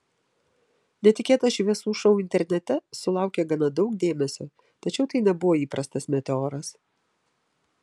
netikėtas šviesų šou internete sulaukė gana daug dėmesio tačiau tai nebuvo įprastas meteoras